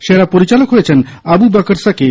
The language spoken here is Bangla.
সেরা পরিচালক হয়েছেন আবু বকর সকি